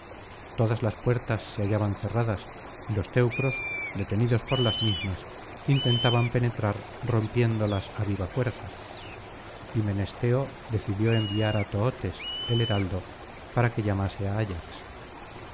todas las puertas se hallaban cerradas y los teucros detenidos por las mismas intentaban penetrar rompiéndolas á viva fuerza y menesteo decidió enviar á tootes el heraldo para que ua mase á ayax